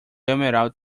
emerald